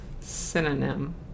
synonym